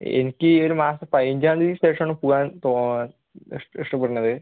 എനിക്ക് ഈ ഒരു മാസം പതിനഞ്ചാം തീയതിക്ക് ശേഷം ആണ് പോവാൻ ഇഷ്ടപ്പെടുന്നത്